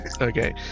Okay